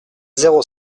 zéro